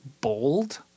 bold